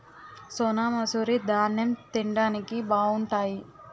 సోనామసూరి దాన్నెం తిండానికి బావుంటాయి